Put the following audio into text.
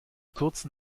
kurzen